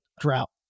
drought